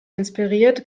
inspiriert